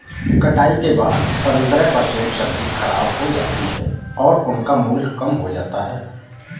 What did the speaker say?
कटाई के बाद पंद्रह परसेंट सब्जी खराब हो जाती है और उनका मूल्य कम हो जाता है